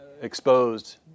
exposed